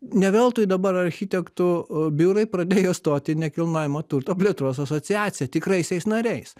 ne veltui dabar architektų biurai pradėjo stoti į nekilnojamo turto plėtros asociaciją tikraisiais nariais